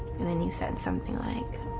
and then you said something like,